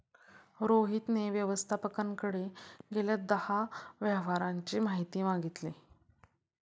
रोहितने व्यवस्थापकाकडे गेल्या दहा व्यवहारांची माहिती मागितली